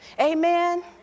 Amen